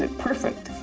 ah perfect.